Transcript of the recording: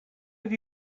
have